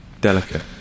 Delicate